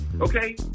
Okay